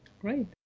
Great